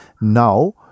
now